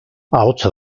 ahotsa